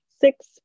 six